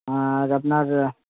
আর আপনার